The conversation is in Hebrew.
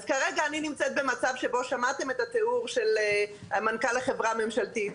אז כרגע אני נמצאת במצב שבו שמעתם את התיאור של מנכ"ל החברה הממשלתית.